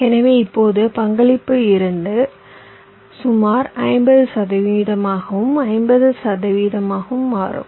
எனவே இப்போது பங்களிப்பு இங்கு சுமார் 50 சதவிகிதமாகவும் 50 சதவிகிதமாகவும் மாறும்